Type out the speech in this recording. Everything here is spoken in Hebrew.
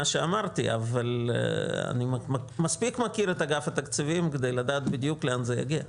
שאמרתי אבל אני מספיק מכיר את אגף התקציבים כדי לדעת בדיוק לאן זה יגיע.